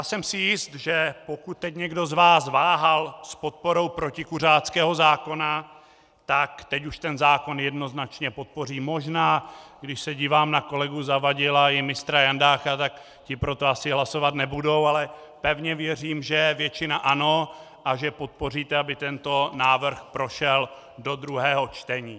Jsem si jist, že pokud teď někdo z vás váhal s podporou protikuřáckého zákona, tak teď už ten zákon jednoznačně podpoří, možná když se dívám na kolegu Zavadila i mistra Jandáka, tak ti pro to asi hlasovat nebudou, ale pevně věřím, že většina ano a že podpoříte, aby tento návrh prošel do druhého čtení.